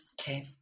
Okay